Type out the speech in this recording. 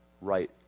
right